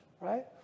right